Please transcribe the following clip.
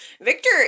Victor